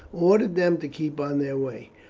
ordered them to keep on their way.